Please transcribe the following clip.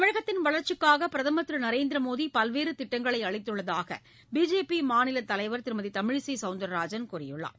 தமிழகத்தின் வளர்ச்சிக்காக பிரதமர் திரு நரேந்திர மோடி பல்வேறு திட்டங்களை அளித்துள்ளதாக பிஜேபி மாநில தலைவர் திருமதி தமிழிசை சவுந்தரராஜன் கூறியுள்ளார்